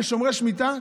כשומרי שמיטה,